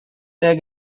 there